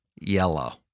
Yellow